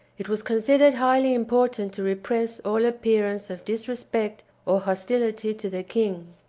it was considered highly important to repress all appearance of disrespect or hostility to the king.